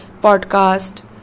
podcast